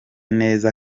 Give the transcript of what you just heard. neza